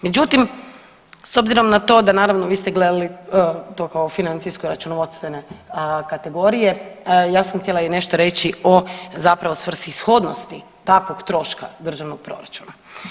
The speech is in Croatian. Međutim, s obzirom na to da naravno, vi ste gledali to kao financijsko-računovodstvene kategorije, ja sam htjela nešto reći o zapravo svrsishodnosti takvog troška državnog proračuna.